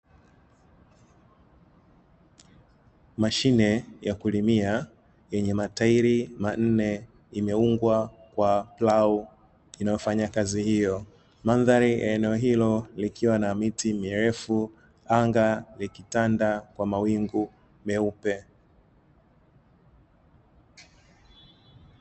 Mashine ya kulimia yenye matairi manne imeungwa kwa plau inayofanya kazi hiyo, mandhari ya eneo hilo likiwa na miti mirefu anga likitanda kwa mawingu meupe.